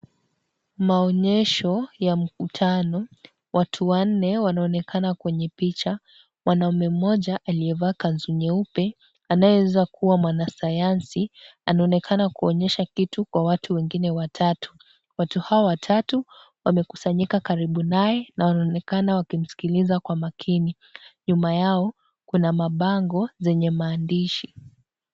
Maonyesho ya mkutano watu wanne wanaoneka kwenye picha, mwanaume moja aliyevaa kanzu nyeupe anayeweza kuwa mwana science anaonekana kuonyesha kitu kwa watu wengine watatu, watu hao watatu wamekusanyika karibu naye na wanaonekana wakisikiliza kwa makini, nyuma yao kuna mabango yenye maandishi.